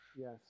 yes